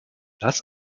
das